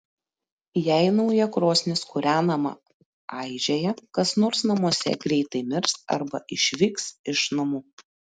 jei nauja krosnis kūrenama aižėja kas nors namuose greitai mirs arba išvyks iš namų